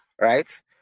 right